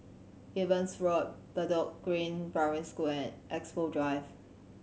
Evans Road Bedok Green Primary School and Expo Drive